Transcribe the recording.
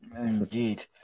Indeed